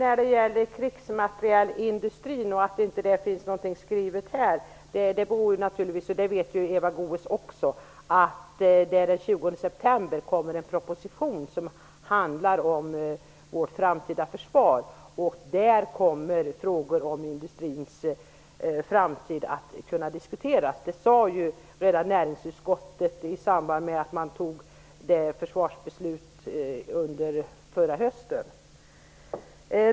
Fru talman! Att det inte finns någonting skrivet när det gäller krigsmaterielindustrin beror naturligtvis på att det den 20 september kommer en proposition om vårt framtida försvar. Det vet Eva Goës också. Där kommer frågor om industrins framtid att diskuteras. Detta sades i näringsutskottet redan i samband med att man fattade försvarsbeslutet under förra hösten.